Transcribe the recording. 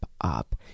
up